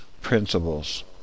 principles